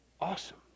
awesome